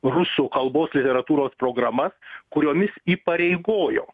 rusų kalbos literatūros programas kuriomis įpareigojo